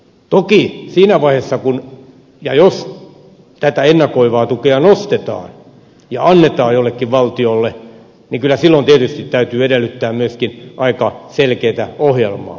toki siinä vaiheessa kun ja jos tätä ennakoivaa tukea nostetaan ja annetaan jollekin valtiolle niin kyllä silloin tietysti täytyy edellyttää myöskin aika selkeätä ohjelmaa